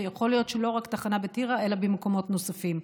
ויכול להיות שלא רק תחנה בטירה אלא במקומות נוספים.